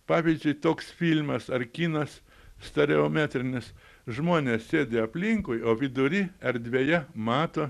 pavyzdžiui toks filmas ar kinas stereometrinis žmonės sėdi aplinkui o vidury erdvėje mato